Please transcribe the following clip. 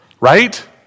right